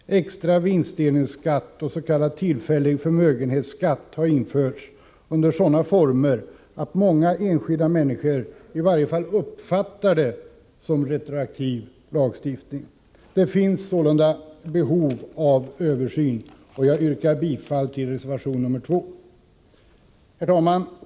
Extra vinstdelningsskatt och s.k. tillfällig förmögenhetsskatt har införts under sådana former att många enskilda människor i varje fall uppfattar det som retroaktiv lagstiftning.” Det finns sålunda behov av en översyn på detta område, och jag yrkar bifall till reservation nr 2. Herr talman!